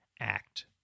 act